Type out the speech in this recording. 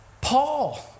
Paul